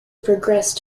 progressed